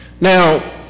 Now